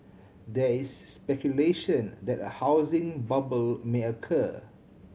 there is speculation that a housing bubble may occur